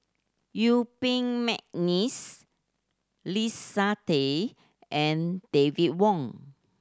Yuen Peng McNeice Leslie Tay and David Wong